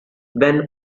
when